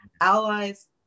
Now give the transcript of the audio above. Allies